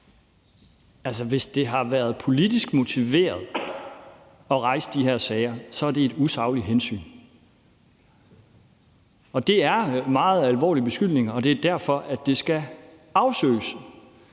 (V): Hvis det har været politisk motiveret at rejse de her sager, er det et usagligt hensyn. Det er meget alvorlige beskyldninger, og det er derfor, det skal afsøges.